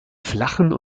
flachen